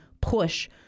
push